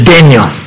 Daniel